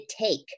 take